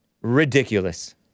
Ridiculous